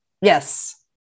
Yes